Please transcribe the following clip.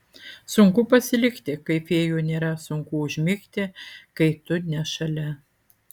sunku pasilikti kai fėjų nėra sunku užmigti kai tu ne šalia